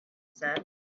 said